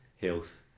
health